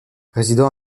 résident